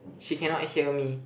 she cannot hear me